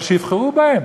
אבל שיבחרו בהם.